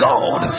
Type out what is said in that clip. God